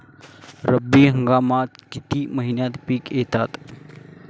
रब्बी हंगामात किती महिन्यांत पिके येतात?